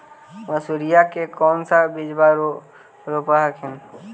मसुरिया के कौन सा बिजबा रोप हखिन?